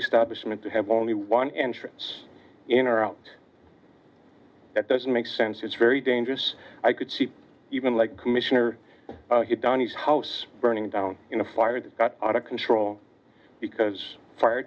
establishment to have only one entrance in or out that doesn't make sense it's very dangerous i could see even like commissioner danis house burning down in a fire that got out of control because fire